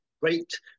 great